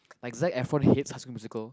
like Zac Efron he hates classical musical